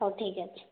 ହେଉ ଠିକ ଅଛି